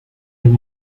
and